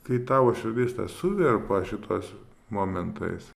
kai tavo širdis ta suvirpa šituos momentais